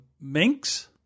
minks